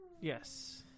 Yes